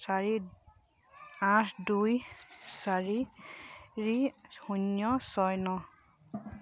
চাৰি আঠ দুই চাৰি শূন্য ছয় ন